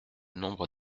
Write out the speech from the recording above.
nombre